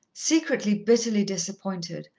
secretly bitterly disappointed,